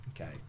Okay